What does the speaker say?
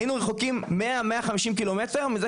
היינו רחוקים 100-150 קילומטר מכך